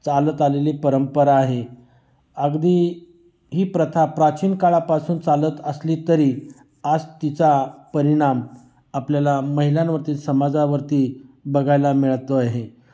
चालत आलेली परंपरा आहे अगदी ही प्रथा प्राचीन काळापासून चालत असली तरी आज तिचा परिणाम आपल्याला महिलांवरती समाजावरती बघायला मिळतो आहे